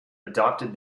adopted